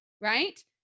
right